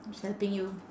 it's helping you